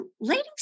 Ladies